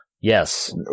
yes